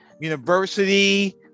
university